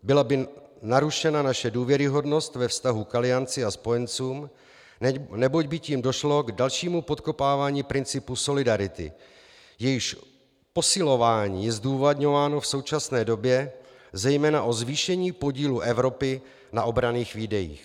Byla by narušena naše důvěryhodnost ve vztahu k Alianci a spojencům, neboť by tím došlo k dalšímu podkopávání principu solidarity, jehož posilování je zdůvodňováno v současné době zejména zvýšením podílu Evropy na obranných výdajích.